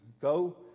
go